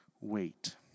wait